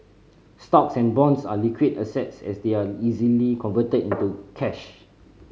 stocks and bonds are liquid assets as they are easily converted into cash